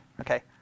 Okay